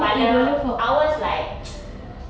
but the hours like